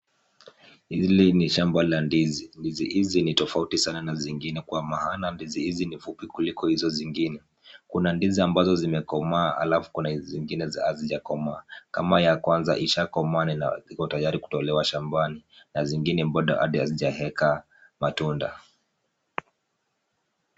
Hili ni shamba la ndizi. Ndizi hizi ni tofauti sana na zingine kwa maana ndizi hizi ni fupi kuliko hizo zingine. Kuna ndizi ambazo zimekomaa halafu kuna hizi zingine hazijakomaa. Kama ya kwanza ishakomaa na iko tayari kutolewa shambani. Na zingine bado hadi hazijaeka matunda.